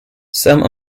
some